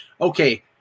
okay